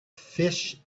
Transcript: fish